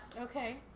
Okay